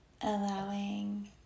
allowing